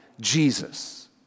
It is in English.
Jesus